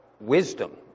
wisdom